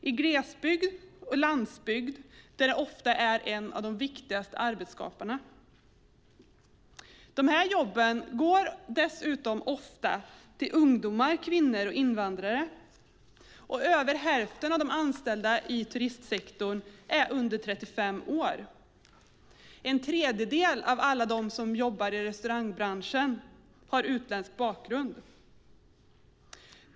I glesbygd och landsbygd är turistsektorn ofta en av de allra viktigaste arbetsskaparna. Jobben inom turismen går dessutom ofta till ungdomar, kvinnor och invandrare. Över hälften av de anställda inom turistsektorn är under 35 år. En tredjedel av alla som jobbar inom restaurangbranschen har utländsk bakgrund.